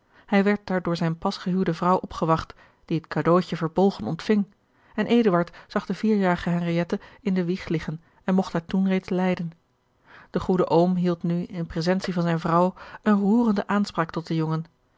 hij werd daar door zijne pasgehuwde vrouw opgewacht die het cadeautje verbolgen ontving en eduard zag de vierjarige henriëtte in de wieg liggen en mogt haar toen reeds lijden de goede oom hield nu in presentie van zijne vrouw eene roerende aanspraak tot den jongen